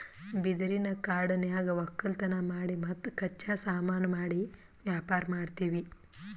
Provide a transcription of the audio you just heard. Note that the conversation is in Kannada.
ಬಿದಿರಿನ್ ಕಾಡನ್ಯಾಗ್ ವಕ್ಕಲತನ್ ಮಾಡಿ ಮತ್ತ್ ಕಚ್ಚಾ ಸಾಮಾನು ಮಾಡಿ ವ್ಯಾಪಾರ್ ಮಾಡ್ತೀವಿ